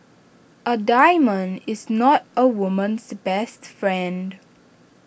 A diamond is not A woman's best friend